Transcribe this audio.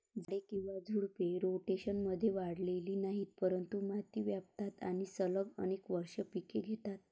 झाडे किंवा झुडपे, रोटेशनमध्ये वाढलेली नाहीत, परंतु माती व्यापतात आणि सलग अनेक वर्षे पिके घेतात